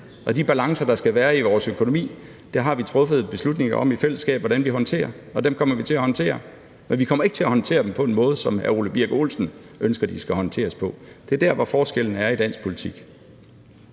De balancer, der skal være i vores økonomi, har vi truffet beslutning om i fællesskab hvordan vi håndterer, og dem kommer vi til at håndtere. Men vi kommer ikke til at håndtere dem på den måde, som hr. Ole Birk Olesen ønsker de skal håndteres på. Det er der, hvor forskellen er i dansk politik.